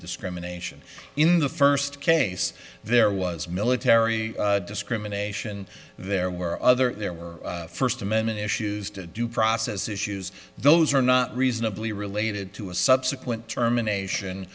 discrimination in the first case there was military discrimination there were other there were first amendment issues to due process issues those are not reasonably related to a subsequent termination